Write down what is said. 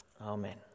Amen